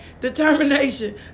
determination